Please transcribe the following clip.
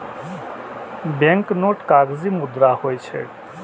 banknote कागजी मुद्रा होइ छै